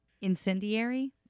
Incendiary